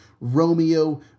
Romeo